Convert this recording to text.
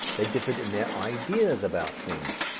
they differed in their ideas about things.